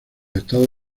estados